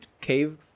cave